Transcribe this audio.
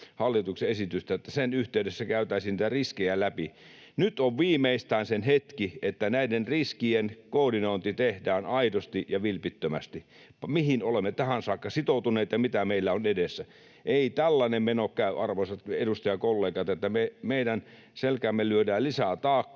hallituksen esityksen, yhteydessä käytäisiin niitä riskejä läpi. Nyt on viimeistään sen hetki, että näiden riskien koordinointi tehdään aidosti ja vilpittömästi: mihin olemme tähän saakka sitoutuneet ja mitä meillä on edessä. Ei tällainen meno käy, arvoisat edustajakollegat, että meidän selkäämme lyödään lisää taakkaa.